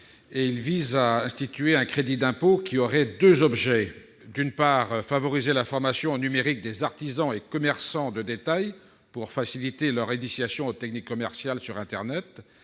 vise à instituer un crédit d'impôt ayant deux objets : d'une part, favoriser la formation au numérique des artisans et commerçants de détail pour faciliter leur initiation aux techniques commerciales sur internet,